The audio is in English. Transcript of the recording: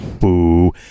boo